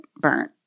burnt